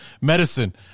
medicine